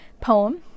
poem